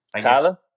Tyler